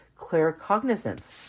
claircognizance